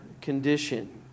condition